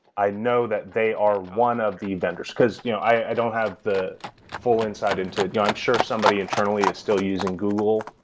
i know that they are one of the vendors, because you know i don't have the full insight into yeah i'm sure somebody internally is still using google,